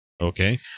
Okay